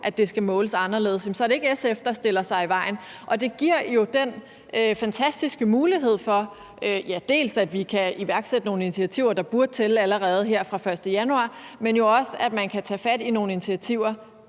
at det skal måles anderledes, så ikke er SF, der stiller sig i vejen for det. Det giver jo også den fantastiske mulighed for, at vi både kan iværksætte nogle initiativer, der burde tælle allerede her fra den 1. januar, men at vi måske også kan tage fat i nogle initiativer,